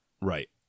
right